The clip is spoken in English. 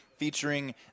Featuring